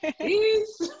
Peace